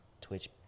Twitch